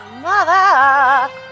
Mother